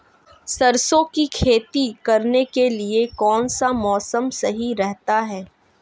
सरसों की खेती करने के लिए कौनसा मौसम सही रहता है?